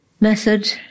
method